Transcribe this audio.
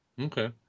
Okay